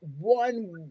one